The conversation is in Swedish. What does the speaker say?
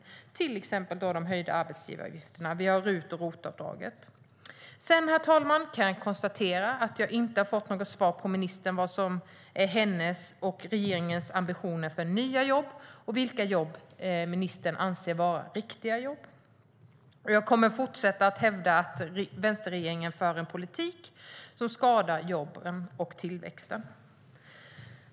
Vi har till exempel de höjda arbetsgivaravgifterna. Vi har RUT och ROT-avdragen. Herr talman! Jag kan konstatera att jag inte har fått något svar från ministern på vad som är hennes och regeringens ambitioner för att skapa nya jobb och vilka jobb ministern anser vara "riktiga" jobb. Jag kommer att fortsätta att hävda att vänsterregeringen för en politik som skadar jobben och tillväxten.